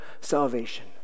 salvation